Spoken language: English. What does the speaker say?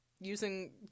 using